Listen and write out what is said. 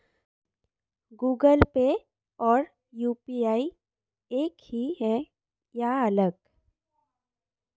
Google Pay और UPI एक ही है या अलग?